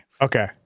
Okay